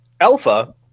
Alpha